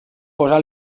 posa